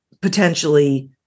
potentially